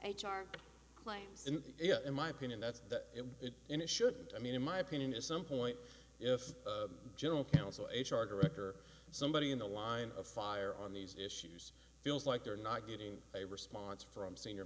r claims yet in my opinion that's it and it shouldn't i mean in my opinion is some point if the general counsel h r director somebody in the line of fire on these issues feels like they're not getting a response from senior